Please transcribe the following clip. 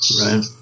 Right